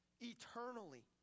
eternally